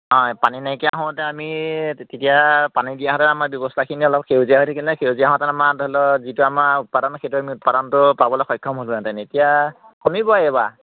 অঁ পানী নাইকিয়া হওতে আমি তেতিয়া পানী দিয়াহেঁতেন আমাৰ ব্যৱস্থাখিনি অলপ সেইজীয়া হৈ থাকিলেহেঁতেন সেইজীয়া হোৱা কাৰণে আমাৰ ধৰি লওক যিটো আমাৰ উৎপাদন সেইটো আমি উৎপাদনটো পাবলৈ সক্ষম হ'লোহেঁতেন এতিয়া শুনিব এইবাৰ